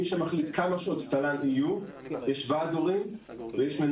מי שמחליט כמה שעות תל"ן יהיו: ועד הורים ומנהל.